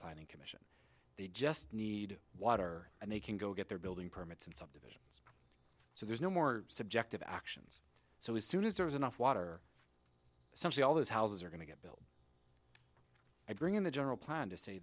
planning committee they just need water and they can go get their building permits and stuff so there's no more subjective actions so as soon as there is enough water something all those houses are going to get built i bring in the general plan to say